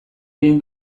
egin